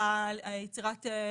יצירת קבוצות.